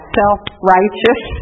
self-righteous